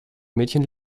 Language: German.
mädchen